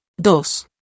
Dos